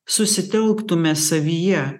susitelktume savyje